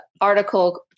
article